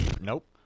Nope